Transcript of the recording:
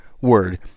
word